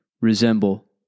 resemble